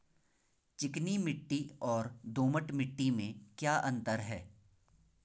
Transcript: चिकनी मिट्टी और दोमट मिट्टी में क्या क्या अंतर है?